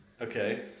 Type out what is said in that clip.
Okay